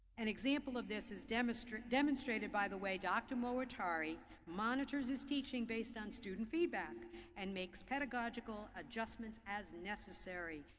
and example of this is demonstrated demonstrated by the way dr. mo atari monitors his teaching based on students. feedback and makes pedagogical adjustments as necessary.